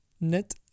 Net